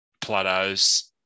Plateaus